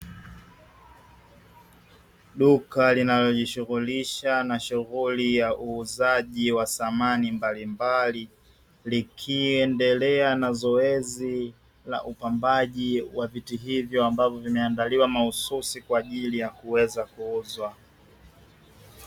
Duka linalojishughulisha na shughuli ya uuzaji wa samani mbalimbali, likiendelea na zoezi la upambaji wa viti hivyo ambavyo vimeandaliwa mahususi kwa ajili ya kuweza kuuzwa.